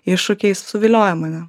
iššūkiais suviliojo mane